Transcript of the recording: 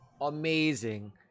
amazing